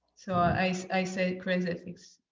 so i so i say kraze fx.